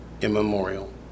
immemorial